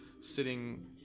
sitting